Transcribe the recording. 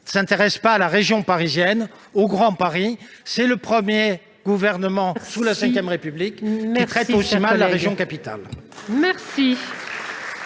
ne s'intéresse pas à la région parisienne et au Grand Paris. C'est le premier gouvernement sous la V République qui traite aussi mal la région capitale !